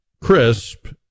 crisp